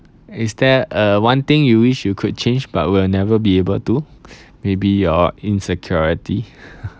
is there a one thing you wish you could change but will never be able to maybe your insecurity